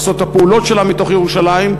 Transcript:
לעשות את הפעולות שלה מתוך ירושלים,